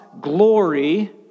glory